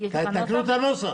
תקנו את הנוסח.